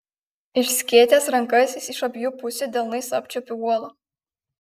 išskėtęs rankas jis iš abiejų pusių delnais apčiuopė uolą